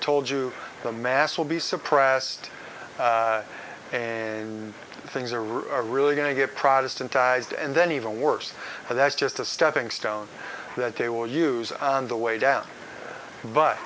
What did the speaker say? told you the mass will be suppressed and things are really going to get protestant ised and then even worse for that's just a stepping stone that they will use on the way down but